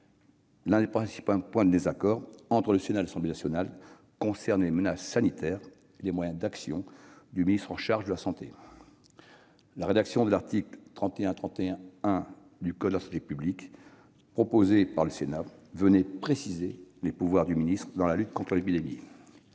L'un des principaux points de désaccord entre le Sénat et l'Assemblée nationale concerne les menaces sanitaires et les moyens d'action du ministre chargé de la santé. La rédaction proposée par le Sénat pour l'article L. 3131-1 du code de la santé publique venait préciser les pouvoirs dudit ministre dans la lutte contre l'épidémie.